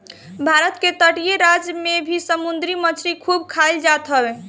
भारत के तटीय राज में भी समुंदरी मछरी खूब खाईल जात हवे